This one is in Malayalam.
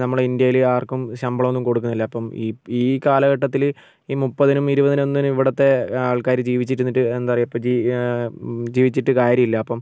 നമ്മൾ ഇന്ത്യയിൽ ആർക്കും ശമ്പളം ഒന്നും കൊടുക്കുന്നില്ല അപ്പം ഈ കാലഘട്ടത്തിൽ ഈ മുപ്പതിനും ഇരുപതിനും ഒന്നിനും ഇവിടത്തെ ആൾക്കാർ ജീവിച്ചിരുന്നിട്ട് എന്താ പറയാ ജി ജീവിച്ചിട്ട് കാര്യമില്ല അപ്പം